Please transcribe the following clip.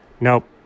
Nope